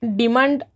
demand